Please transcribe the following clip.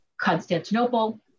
Constantinople